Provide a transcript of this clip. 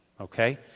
Okay